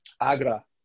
Agra